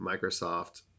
Microsoft